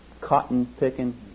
cotton-picking